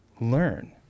learn